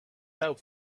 fell